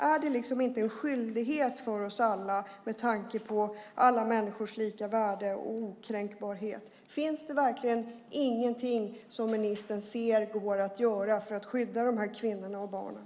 Är det inte en skyldighet för oss alla med tanke på alla människors lika värde och okränkbarhet? Finns det verkligen ingenting som ministern ser går att göra för att skydda de här kvinnorna och barnen?